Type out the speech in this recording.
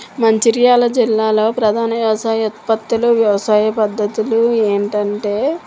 మంచిర్యాల జిల్లాలో ప్రధాన వ్యవసాయ ఉత్పత్తులు వ్యవసాయ పద్ధతులు ఏంటంటే